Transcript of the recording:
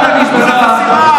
הוא לא עובר את אחוז החסימה,